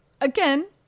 again